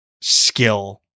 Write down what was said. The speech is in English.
skill